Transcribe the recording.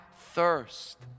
thirst